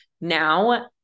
Now